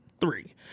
three